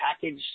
package